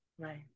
Right